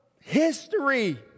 history